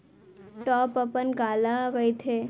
Top अपन काला कहिथे?